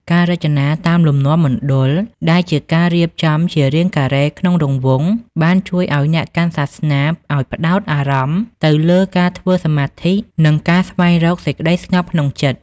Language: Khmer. ការរចនាតាមលំនាំមណ្ឌលដែលជាការរៀបចំជារាងការ៉េក្នុងរង្វង់បានជួយអ្នកកាន់សាសនាឲ្យផ្តោតអារម្មណ៍ទៅលើការធ្វើសមាធិនិងការស្វែងរកសេចក្តីស្ងប់ក្នុងចិត្ត។